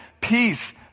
peace